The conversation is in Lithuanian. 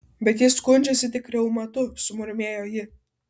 bet jis skundžiasi tik reumatu sumurmėjo ji